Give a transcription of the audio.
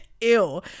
ew